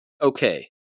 Okay